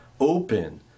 open